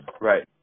right